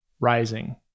rising